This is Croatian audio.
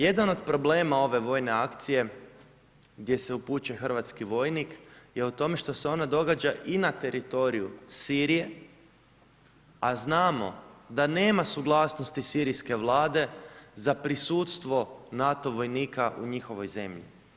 Jedan od problema ove vojne akcije gdje se upućuje hrvatski vojnik je u tome što se ona događa i na teritoriju Sirije, a znamo da nema suglasnosti sirijske vlade za prisutstvo NATO vojnika u njihovoj zemlji.